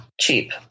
cheap